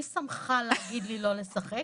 מי שמך להגיד לי לא לשחק?